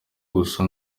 gusa